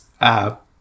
app